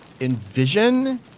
envision